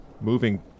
moving